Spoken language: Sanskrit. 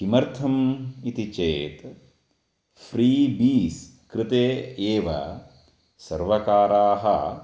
किमर्थम् इति चेत् फ़्री बीस् कृते एव सर्वकाराः